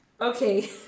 Okay